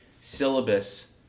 syllabus